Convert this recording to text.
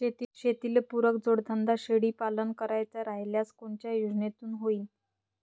शेतीले पुरक जोडधंदा शेळीपालन करायचा राह्यल्यास कोनच्या योजनेतून होईन?